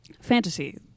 fantasy